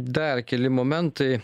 dar keli momentai